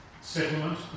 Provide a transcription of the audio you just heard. settlement